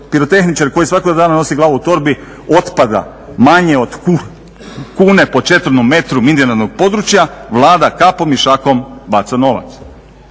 pirotehničari koji svakoga dana nosi glavu u torbi otpada manje od kune po četvornom metru miniranog područja Vlada kapom i šakom baca novca.